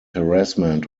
harassment